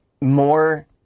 more